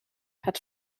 hat